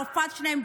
רופאת השיניים,